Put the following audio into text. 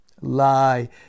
Lie